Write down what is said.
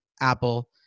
Apple